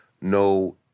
No